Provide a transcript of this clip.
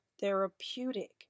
therapeutic